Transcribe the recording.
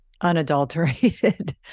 unadulterated